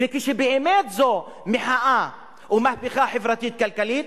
וכשבאמת זו מחאה או מהפכה חברתית-כלכלית,